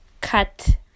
cut